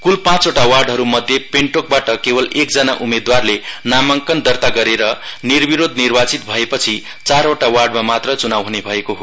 कुल पाँचवटा वार्डहरूमध्ये पेन्टोकबाट केवल एक जना उम्मेदवारले नामाङ्कन दर्ता गरेर निर्विरोध निर्वाचित भएपछि चारवटा वार्डमा मात्र चुनाउ ह्ने भएको हो